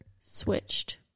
switched